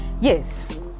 yes